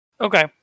Okay